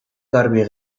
garbi